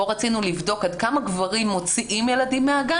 בו רצינו לבדוק עד כמה גברים מוציאים ילדים מהגן